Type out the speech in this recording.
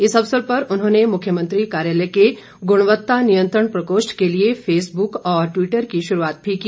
इस अवसर पर उन्होंने मुख्यमंत्री कार्यालय के गुणवत्ता नियंत्रण प्रकोष्ठ के लिए फेसबुक और ट्वीटर की शुरूआत भी की